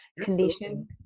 condition